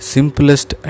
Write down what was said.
Simplest